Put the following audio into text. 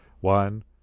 One